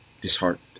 disheartened